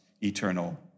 eternal